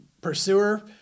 Pursuer